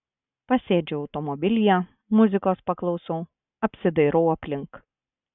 pasėdžiu automobilyje muzikos paklausau apsidairau aplink